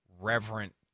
reverent